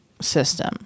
system